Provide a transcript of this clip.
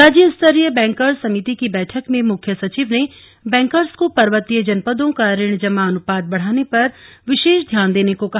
राज्य स्तरीय बैंकर्स समिति की बैठक में मुख्य सचिव ने बैंकर्स को पर्वतीय जनपदों का ऋण जमा अनुपात बढ़ाने पर विशेष ध्यान देने को कहा